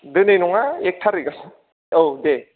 दिनै नङा एक थारिकआव औ दे